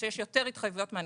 כשיש יותר התחייבויות מהנכסים,